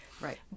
Right